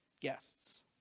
guests